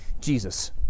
Jesus